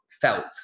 felt